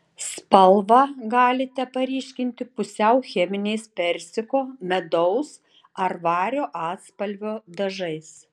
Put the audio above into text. spalvą galite paryškinti pusiau cheminiais persiko medaus ar vario atspalvio dažais